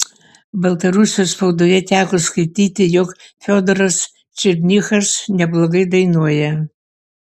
baltarusijos spaudoje teko skaityti jog fiodoras černychas neblogai dainuoja